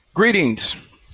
Greetings